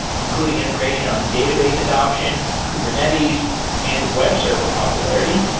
including information on database adaption, kubernetes and web server popularity.